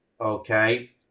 Okay